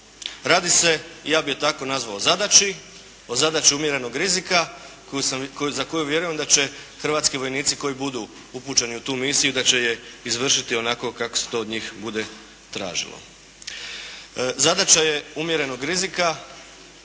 Radi se, ja bih je tako nazvao zadaći, o zadaći umjerenog rizika za koju vjerujem da će hrvatski vojnici koji budu upućeni u tu misiju da će je izvršiti onako kako se to od njih bude tražilo. Zadaće je umjerenog rizika.